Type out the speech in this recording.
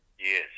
Yes